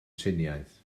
triniaeth